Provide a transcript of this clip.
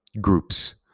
groups